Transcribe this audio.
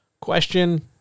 Question